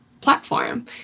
platform